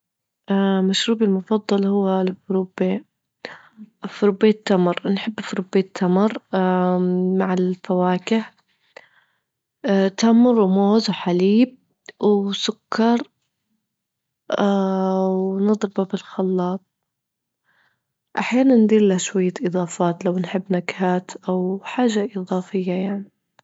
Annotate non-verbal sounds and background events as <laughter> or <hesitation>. مشروبي المفضل هو الفروبي، فروبي التمر، نحب فروبي التمر <hesitation> مع الفواكه <hesitation> تمر وموز وحليب وسكر <hesitation> ونضربه بالخلاط، أحيانا ندير له شوية إضافات، لو نحب نكهات أو حاجة إضافية يعني. <noise>